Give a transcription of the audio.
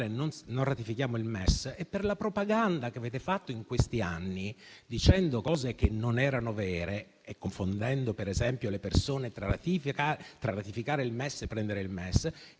non ratifichiamo il MES è la propaganda che avete fatto in questi anni, dicendo cose che non erano vere e confondendo per esempio le persone tra ratificare e prendere il MES;